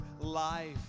life